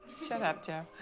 shut up joe!